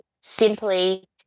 simply